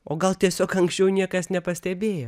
o gal tiesiog anksčiau niekas nepastebėjo